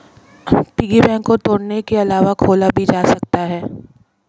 piggy bank को तोड़ने के अलावा खोला भी जा सकता है